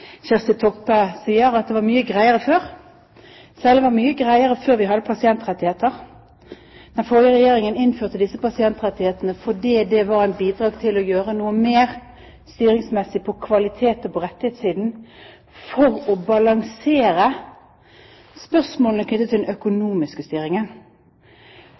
Kjersti Toppe sier: Det var mye greiere før. Det var mye greiere før vi hadde pasientrettigheter. Den forrige regjeringen innførte disse pasientrettighetene fordi det var et bidrag til å gjøre noe mer styringsmessig på kvaliteter på rettighetssiden for å balansere spørsmålene knyttet til den økonomiske styringen.